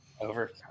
over